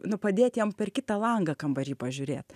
nu padėt jam per kitą langą kambary pažiūrėt